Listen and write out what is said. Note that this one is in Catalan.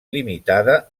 limitada